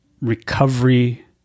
recovery